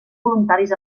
voluntaris